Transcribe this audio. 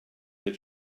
the